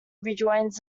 rejoins